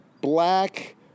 black